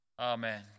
Amen